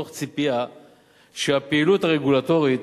מתוך ציפייה שהפעילות הרגולטורית,